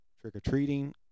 trick-or-treating